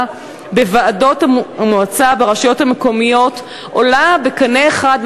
בוועדות המועצה ברשויות המקומיות עולה בקנה אחד,